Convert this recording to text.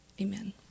amen